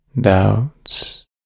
doubts